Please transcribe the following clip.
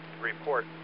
report